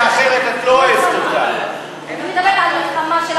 אני לא אמחק את המילה "מלחמה".